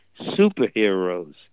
superheroes